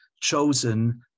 chosen